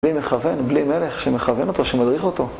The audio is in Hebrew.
בלי מכוון, בלי מלך שמכוון אותו, שמדריך אותו